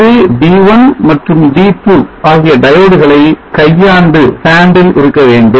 இது D1 மற்றும் D2 ஆகிய diode களை கையாண்டு இருக்கவேண்டும்